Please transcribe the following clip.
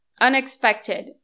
unexpected